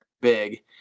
big